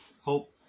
hope